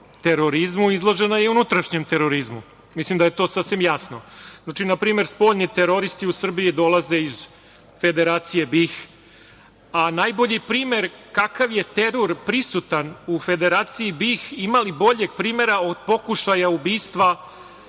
terorizmu izložena je i unutrašnjem terorizmu. Mislim da je to sasvim jasno. Znači, na primer, spoljni teroristi u Srbiju dolaze iz Federacije BiH, a najbolji primer kakav je teror prisutan u Federaciji BiH imali boljeg primera od pokušaja ubistva